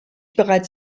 bereits